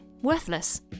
worthless